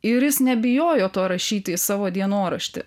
ir jis nebijojo to rašyti į savo dienoraštį